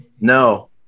No